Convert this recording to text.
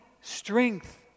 strength